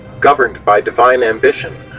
governed by divine ambition,